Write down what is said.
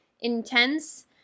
intense